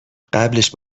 قبلش